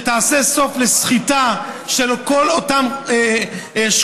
שתעשה סוף לסחיטה של כל אותם שקופים,